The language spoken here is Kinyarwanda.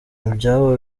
ibyabo